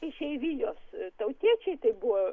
išeivijos tautiečiai tai buvo